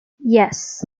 yes